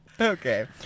okay